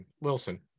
Wilson